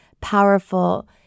powerful